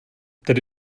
tedy